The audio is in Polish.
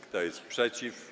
Kto jest przeciw?